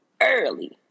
early